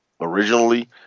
Originally